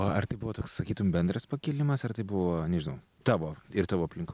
ar tai buvo toks sakytum bendras pakilimas ar tai buvo nežinau tavo ir tavo aplink